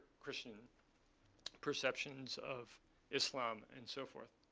christian perceptions of islam, and so forth,